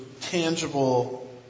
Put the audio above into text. tangible